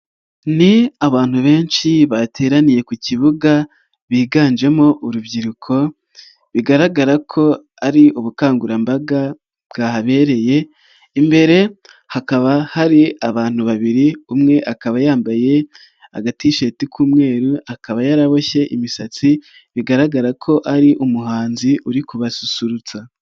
Ni abantu benshi bateraniye ku kibuga biganjemo urubyiruko bigaragara ko ari ubukangurambaga bwahabereye imbere hakaba hari abantu babiri umwe akaba yambaye aga tisheti k'umweru akaba yaraboshye imisatsi bigaragara ko ari umuhanzi uri kubasusurutsa.